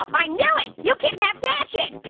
i knew it. you kidnapped passion.